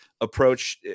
approach